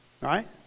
right